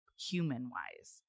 human-wise